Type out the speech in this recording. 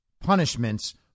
punishments